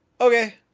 okay